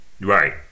Right